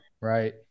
right